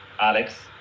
Alex